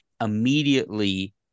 immediately